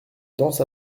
danses